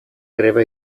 greba